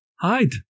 hide